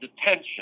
detention